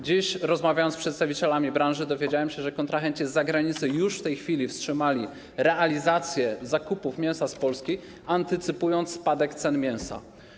Dziś, rozmawiając z przedstawicielami branży, dowiedziałem się, że kontrahenci z zagranicy już w tej chwili wstrzymali realizację zakupów mięsa z Polski, antycypując spadek cen mięsa.